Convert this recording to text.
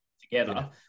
together